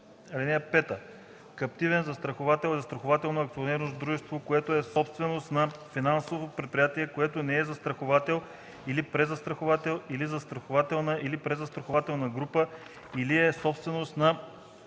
„(5) Каптивен застраховател е застрахователно акционерно дружество, което е собственост на финансово предприятие, което не е застраховател или презастраховател или застрахователна или презастрахователна група, или е собственост на